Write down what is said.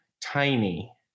Tiny